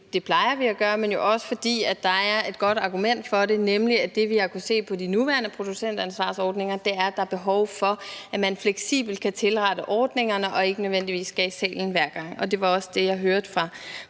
det plejer vi at gøre, dels fordi der er et godt argument for det, nemlig at det, vi har kunnet se i forbindelse med de nuværende producentansvarsordninger, er, at der er behov for, at man fleksibelt kan tilrette ordningerne og ikke nødvendigvis skal i salen hver gang. Det var også det, som jeg hørte fra